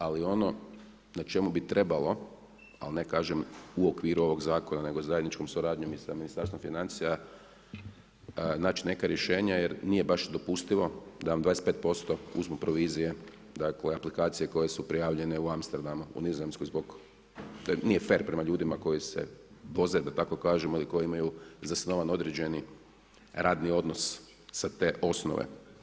Ali, ono na čemu bi trebalo, ali ne kažem u okviru ovog zakona nego zajedničkom suradnjom i sa Ministarstvom financija naći neka rješenja jer nije baš dopustivo da vam 25% uzmu provizije aplikacije koje su prijavljene u Amsterdamu u Nizozemskoj zbog, nije fer prema ljudima koji se voze da tako kažem i koji imaju zasnovan određeni radni odnos sa te osnove.